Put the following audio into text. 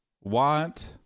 want